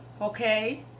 Okay